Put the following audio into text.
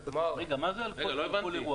רגע, מה זה על כל אירוע?